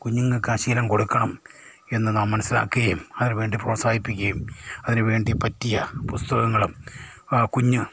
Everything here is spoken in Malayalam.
കുഞ്ഞുങ്ങൾക്ക് ആ ശീലം കൊടുക്കണം എന്ന് നാം മനസിലാക്കുകയും അതിനുവേണ്ടി പ്രോത്സാഹിപ്പിക്കുകയും അതിനുവേണ്ടി പറ്റിയ പുസ്തകങ്ങളും കുഞ്ഞ്